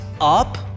up